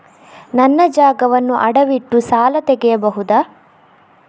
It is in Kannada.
ನನ್ನ ಜಾಗವನ್ನು ಅಡವಿಟ್ಟು ಸಾಲ ತೆಗೆಯಬಹುದ?